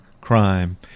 crime